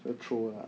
不要 troll lah